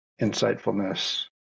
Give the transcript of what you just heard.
insightfulness